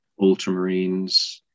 ultramarines